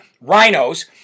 rhinos